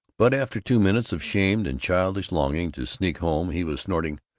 but after two minutes of shamed and childish longing to sneak home he was snorting,